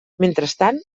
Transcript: mentrestant